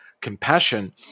compassion